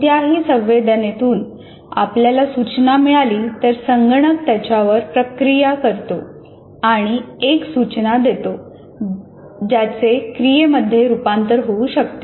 कोणत्याही संवेदनेतून आपल्याला सूचना मिळाली तर संगणक त्याच्यावर प्रक्रिया करतो आणि एक सुचना देतो ज्याचे क्रियेमध्ये रूपांतर होऊ शकते